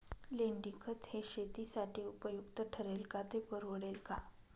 लेंडीखत हे शेतीसाठी उपयुक्त ठरेल का, ते परवडेल का?